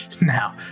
Now